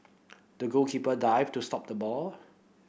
the goalkeeper dived to stop the ball